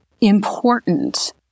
important